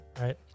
right